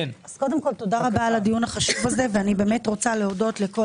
תודה על הדיון החשוב הזה ואני מודה לכל